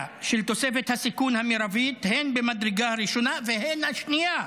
של תוספת הסיכון המרבית הן במדרגה הראשונה והן בשנייה,